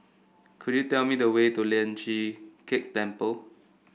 could you tell me the way to Lian Chee Kek Temple